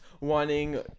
wanting